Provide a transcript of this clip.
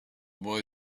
boy